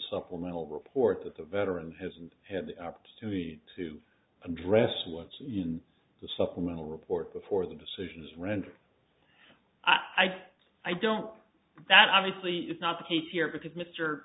supplemental report that the veteran hasn't had the opportunity to address what's in the supplemental report before the decision is rendered i i don't that obviously is not the case here because mister